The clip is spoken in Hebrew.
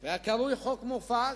היום נקרא חוק מופז.